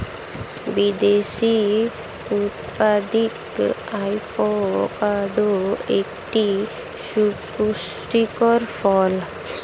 বিদেশে উৎপাদিত অ্যাভোকাডো একটি সুপুষ্টিকর ফল